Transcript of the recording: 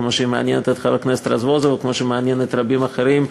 כמו שהיא מעניינת את חבר הכנסת רזבוזוב וכמו שהיא מעניינת רבים אחרים,